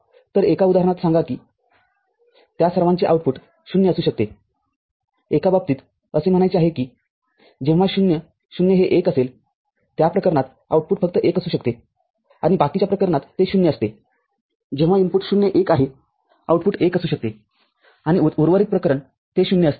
तर एका उदाहरणात सांगा की त्या सर्वांचे आउटपुट 0 असू शकतेएका बाबतीत असे म्हणायचे आहे की जेव्हा ०० हे १ असेल त्या प्रकरणात आउटपुटफक्त १ असू शकते आणि बाकीच्या प्रकरणात ते ० असतेजेव्हा इनपुट० १ आहे आउटपुट १ असू शकते आणि उर्वरित प्रकरण ते ० असते